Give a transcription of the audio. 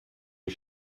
les